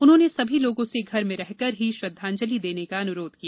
उन्होंने सभी लोगों से घर में रहकर ही श्रद्वांजलि देने का अनुरोघ किया